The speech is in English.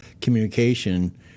communication